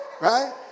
right